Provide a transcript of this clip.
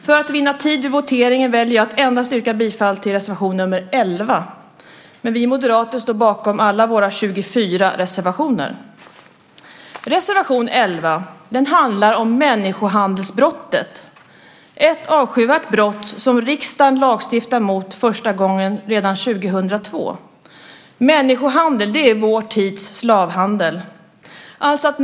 För att vinna tid vid voteringen väljer jag att endast yrka bifall till reservation nr 11. Men vi moderater står bakom alla våra 24 reservationer. Reservation 11 handlar om människohandelsbrottet. Det är ett avskyvärt brott som riksdagen lagstiftade mot för första gången redan år 2002. Människohandel är vår tids slavhandel.